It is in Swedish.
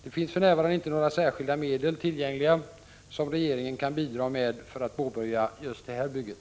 Det finns för närvarande inte några särskilda medel tillgängliga som regeringen kan bidra med för att påbörja just det här vägbygget.